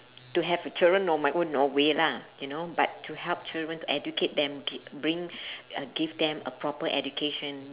to have a children on my own no way lah you know but to help children to educate them g~ bring uh give them a proper education